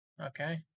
Okay